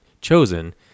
chosen